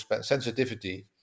sensitivity